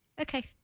Okay